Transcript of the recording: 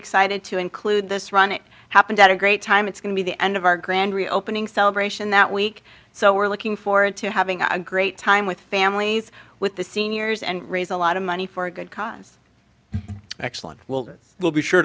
excited to include this run it happened at a great time it's going to be the end of our grand reopening celebration that week so we're looking forward to having a great time with families with the seniors and raise a lot of money for a good cause excellent will that will be sure